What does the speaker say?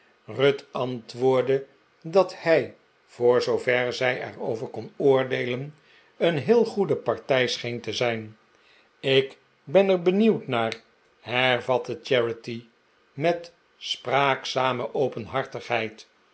ruth antwoordde dat hij voor zoover zij er over kon oordeelen een heel goede partij scheen te zijn ik ben er benieuwd naar hervatte charity met spraakzame